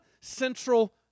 central